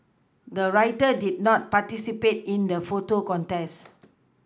the writer did not participate in the photo contest